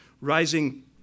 Rising